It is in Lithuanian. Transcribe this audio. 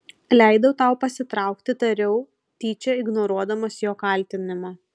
leidau tau pasitraukti tariau tyčia ignoruodamas jo kaltinimą